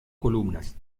columnas